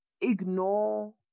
ignore